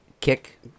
Kick